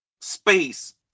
space